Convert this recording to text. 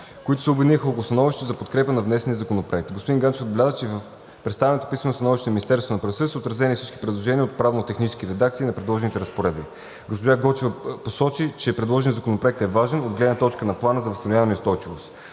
които се обединиха около становището за подкрепа на внесения законопроект. Господин Ганчев отбеляза, че в представеното писмено становище на Министерството на правосъдието са отразени всички предложения за правно-технически редакции на предложените разпоредби. Госпожа Гочева посочи, че предложеният законопроект е важен от гледна точка на Плана за възстановяване и устойчивост.